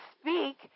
speak